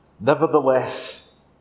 Nevertheless